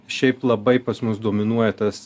šiaip labai pas mus dominuoja tas